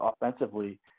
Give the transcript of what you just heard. offensively